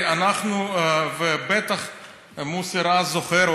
ובטח מוסי רז זוכר,